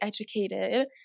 educated